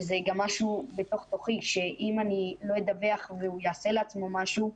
וזה גם משהו בתוך תוכי שאם אני לא אדווח והוא יעשה לעצמו משהו,